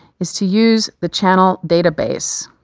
is to use the channel database.